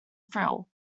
thrill